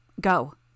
Go